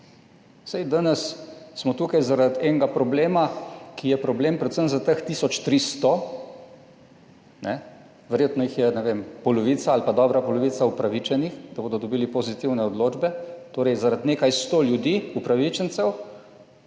Saj danes smo tukaj, zaradi enega problema, ki je problem predvsem za teh tisoč 300, verjetno jih je, ne vem, polovica ali pa dobra polovica upravičenih, da bodo dobili pozitivne odločbe, torej, zaradi nekaj sto ljudi, upravičencev,